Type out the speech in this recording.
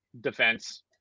defense